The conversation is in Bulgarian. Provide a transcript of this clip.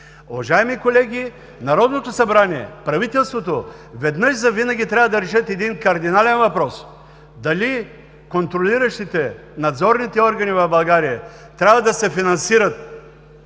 Уважаеми колеги, Народното събрание, правителството веднъж завинаги трябва да решат един кардинален въпрос – дали контролиращите, надзорните органи в България трябва да се финансират